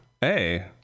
Hey